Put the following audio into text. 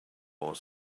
more